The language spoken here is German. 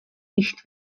nicht